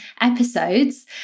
episodes